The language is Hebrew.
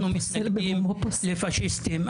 אנחנו מתנגדים לפשיסטים,